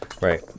Right